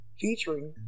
Featuring